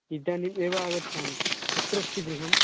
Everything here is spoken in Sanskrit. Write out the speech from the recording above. इदानीमेव आगच्छामि कुत्रास्ति गृहं